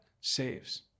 saves